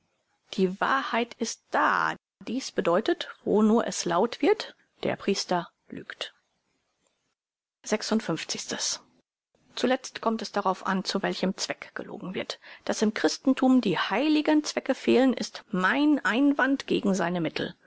die wahrheit ist da dies bedeutet wo nur es laut wird der priester lügt zuletzt kommt es darauf an zu welchem zweck gelogen wird daß im christenthum die heiligen zwecke fehlen ist mein einwand gegen seine mittel